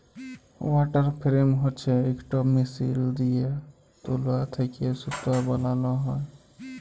water frame হছে ইকট machine দিঁয়ে তুলা থ্যাকে সুতা বালাল হ্যয়